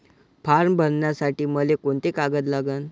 Form भरासाठी मले कोंते कागद लागन?